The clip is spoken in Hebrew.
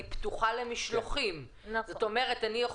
אני לא